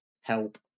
help